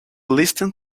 listen